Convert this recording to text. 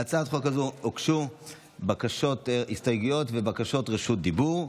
להצעת חוק הוגשו הסתייגויות ובקשות רשות דיבור.